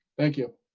thank you